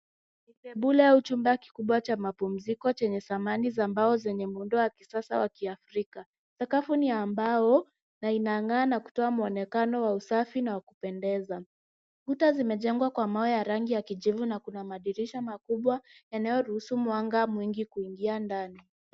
Sebule au chumba kikubwa cha mapumziko chenye samani za mbao zenye muundo wa kisasa wa kiafrika. Sakafu ni ya mbao na inang'aa na kutoa mwonekano wa usafi na wa kupendeza. Kuta zimejengwa kwa mawe ya rangi ya kijivu na kuna madirisha makubwa yanayoruhusu mwanga mwingi kuingia ndani.